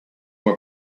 more